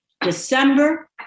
December